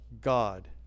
God